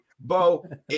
Bo